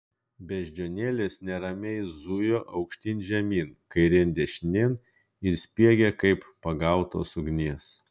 beždžionėlės neramiai zujo aukštyn žemyn kairėn dešinėn ir spiegė kaip pagautos ugnies